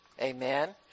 Amen